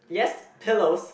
yes pillows